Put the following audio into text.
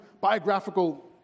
biographical